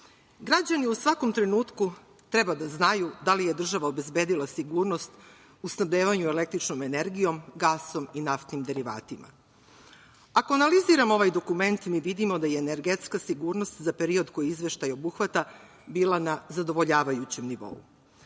Građani u svakom trenutku treba da znaju da li je država obezbedila sigurnost u snabdevanju električnom energijo, gasom i naftnim derivatima. Ako analiziramo ovaj dokument mi vidimo da je energetska sigurnost za period koji izveštaj obuhvata bila na zadovoljavajućem nivou.